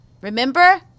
Remember